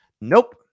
Nope